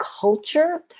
culture